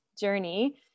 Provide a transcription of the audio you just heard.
journey